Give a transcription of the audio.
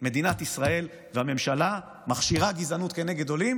מדינת ישראל, הממשלה, מכשירה גזענות נגד עולים